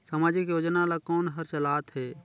समाजिक योजना ला कोन हर चलाथ हे?